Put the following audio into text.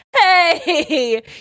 hey